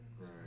Right